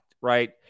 right